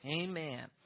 Amen